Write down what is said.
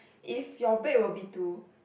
if your bed were be to